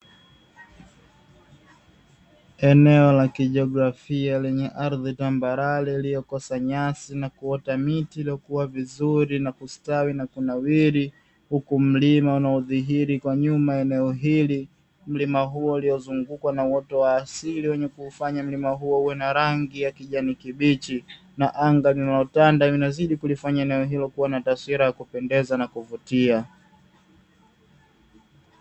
Eneo la kijographia lenye ardhi tambarare iliyokosa nyasi na kuota miti iliyokuwa vizuri na kustawi na kunawiri, huku mlima unaodhihiri kwa nyuma eneo hili. Mlima huo uliozungukwa na uoto wa asili wenye kuufanya mlima huo uwe na rangi ya kijani kibichi na anga linalotanda linazidi kulifanya neno hilo kuwa na taswira ya kupendeza na kuvutia.